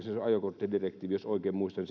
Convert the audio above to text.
ajokorttidirektiivi jos oikein muistan